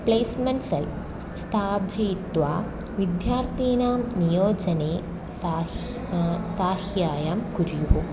placement cell स्थापयित्वा विद्यार्थिनां नियोजने सहाय्यं साहाय्यं कुर्युः